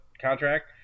contract